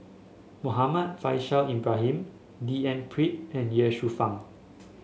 Muhammad Faishal Ibrahim D N Pritt and Ye Shufang